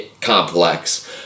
complex